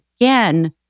again